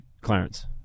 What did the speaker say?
Clarence